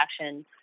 action